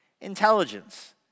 Intelligence